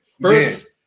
first